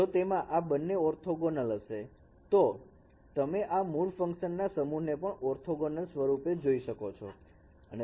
જો તેમાં આ બંને ઓર્થોગોનલ હશે તો તમે આ મૂળ ફંકશનના સમૂહ ને પણ ઓર્થોગોનલ સ્વરૂપે જોઈ શકો છો